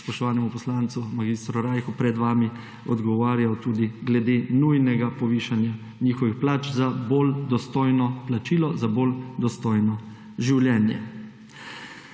spoštovanemu poslancu mag. Rajhu pred vami odgovarjal tudi glede nujnega povišanja njihovih plač za bolj dostojno plačilo, za bolj dostojno življenje.